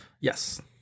Yes